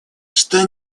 что